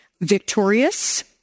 Victorious